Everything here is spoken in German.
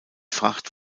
fracht